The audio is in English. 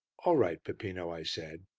all right, peppino, i said.